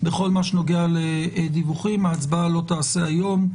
בכל מה שנוגע לדיווחים, ההצבעה לא תיעשה היום.